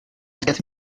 quatre